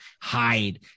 hide